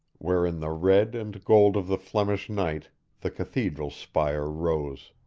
where in the red and gold of the flemish night the cathedral spire rose.